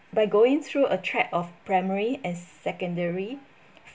by going through a tract of primary and secondary